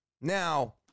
Now